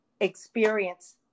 experience